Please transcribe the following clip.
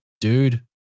dude